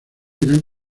irán